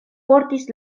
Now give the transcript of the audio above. portis